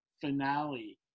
finale